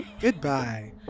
Goodbye